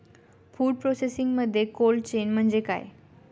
Food प्रोसेसिंगमध्ये cold chain म्हणजे काय?